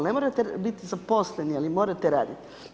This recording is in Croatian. Ne morate biti zaposleni, ali morate raditi.